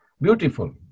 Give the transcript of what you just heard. beautiful